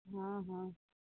ہاں ہاں